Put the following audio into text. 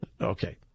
Okay